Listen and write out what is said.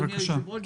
אדוני היושב-ראש,